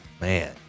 Man